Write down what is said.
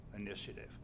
Initiative